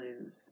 lose